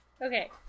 Okay